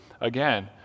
Again